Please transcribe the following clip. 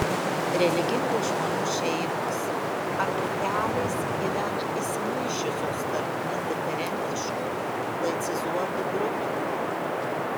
religingų žmonių šeimos ar grupelės gyvena įsimaišiusios tarp indiferentiškų laicizuotų grupių